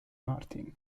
martin